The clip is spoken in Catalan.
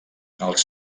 els